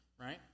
right